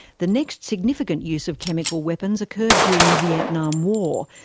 the next significant use of chemical weapons occurred during the vietnam war,